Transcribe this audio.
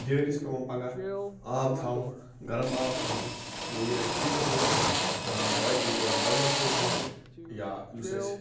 بیٲلِس پیٚوان پَگاہ آب تھاوُن گَرٕم آب تھاوُن گوٚو ییٚلہِ اَسہِ ہیٖٹر اوس بۄیۍ بۄیلر تروو مَچہِ یا یُس اَسہِ